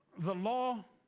the law